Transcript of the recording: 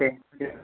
दे दे